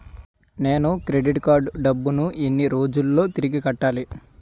నేను credit card డబ్బును ఎన్ని రోజుల్లో తిరిగి కట్టాలి?